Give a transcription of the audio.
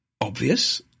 obvious